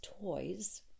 toys